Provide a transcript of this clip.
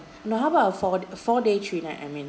no how about a four four day three night I mean